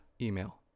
email